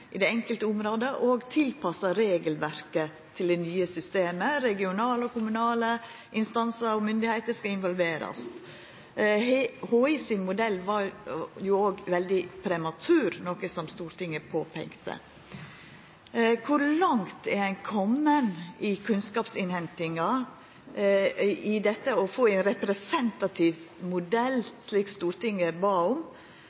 i det enkelte området og tilpassa regelverket til det nye systemet, og regionale og kommunale instansar og myndigheiter skal involverast. Havforskningsinstituttet sin modell var jo òg veldig prematur, noko som Stortinget påpeikte. Kor langt er ein komen i kunnskapsinnhentinga med omsyn til å få ein representativ modell, slik Stortinget bad om,